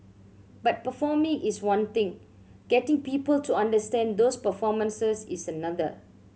but performing is one thing getting people to understand those performances is another